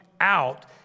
out